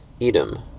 Edom